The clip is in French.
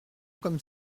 comme